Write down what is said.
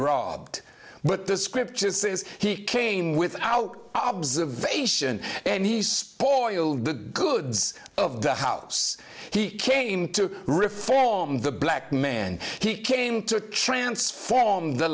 robbed but the scripture says he came without observation and he spoiled the goods of the house he came to reform the black man he came to transform the